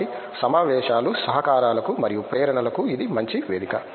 కాబట్టి సమావేశాలు సహకారాలకు మరియు ప్రేరణలకు ఇది మంచి వేదిక